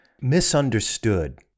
misunderstood